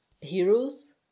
heroes